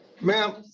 Ma'am